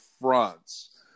fronts